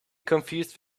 confused